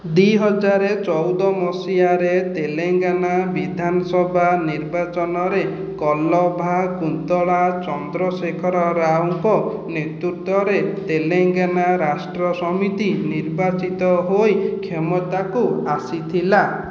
ଦୁଇହଜାର ଚଉଦ ମସିହାରେ ତେଲେଙ୍ଗାନା ବିଧାନସଭା ନିର୍ବାଚନରେ କଲଭା କୁନ୍ତଳା ଚନ୍ଦ୍ରଶେଖର ରାଓଙ୍କ ନେତୃତ୍ତ୍ୱରେ ତେଲେଙ୍ଗାନା ରାଷ୍ଟ୍ର ସମିତି ନିର୍ବାଚିତ ହୋଇ କ୍ଷମତାକୁ ଆସିଥିଲା